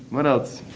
what else?